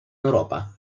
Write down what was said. europa